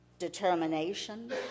Determination